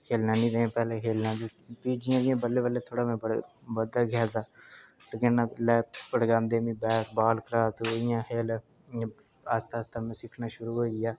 खेढने दा कि जि'यां पैह्लें खेढना ते भी जि'यां जि'यां बल्लें बल्लें थोह्ड़ा थोह्ड़ा बधदा गेआ जा जियां पड़कांदे मिगी बैट बाल जा तूं इं'या खेढ ते में आस्तै आस्तै सिक्खना शुरू करी ओड़ेआ